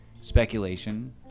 speculation